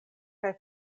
kaj